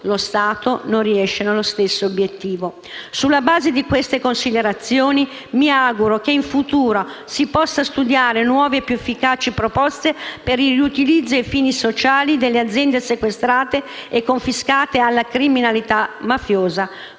lo Stato non riesce nello stesso obiettivo. Sulla base di queste considerazioni mi auguro che in futuro si possano studiare nuove e più efficaci proposte per il riutilizzo a fini sociali delle aziende sequestrate e confiscate alla criminalità mafiosa.